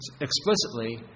explicitly